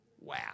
Wow